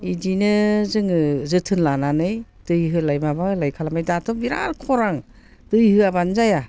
इदिनो जोङो जोथोन लानानै दै होलाय माबा होलाय खालामो दाथ' बिराद खरान दै होआब्लानो जाया